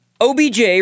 OBJ